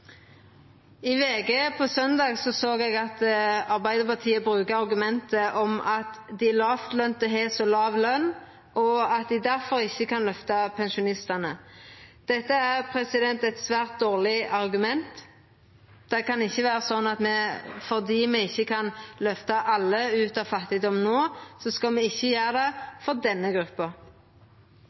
I VG på søndag såg eg at Arbeidarpartiet brukte argumentet at dei lågtlønte har så låg løn at dei difor ikkje kan løfta pensjonistane. Det er eit svært dårleg argument. Det kan ikkje vera sånn at fordi me ikkje kan løfta alle ut av fattigdom no, så skal me ikkje gjera det for denne gruppa.